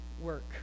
work